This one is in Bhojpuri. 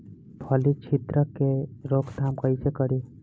फली छिद्रक के रोकथाम कईसे करी?